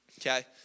Okay